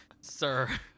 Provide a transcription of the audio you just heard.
sir